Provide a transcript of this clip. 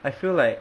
I feel like